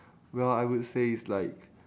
well I would say it's like